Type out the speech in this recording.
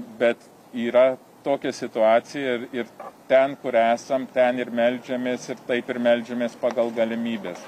bet yra tokia situacija ir ten kur esam ten ir meldžiamės ir taip ir meldžiamės pagal galimybes